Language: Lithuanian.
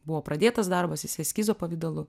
buvo pradėtas darbas jis eskizo pavidalu